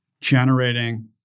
generating